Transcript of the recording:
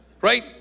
Right